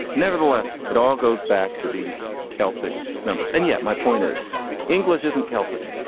nevertheless, it all goes back to these celtic numbers. and yet my point is english isn't celtic.